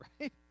Right